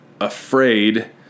afraid